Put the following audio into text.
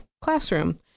classroom